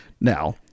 Now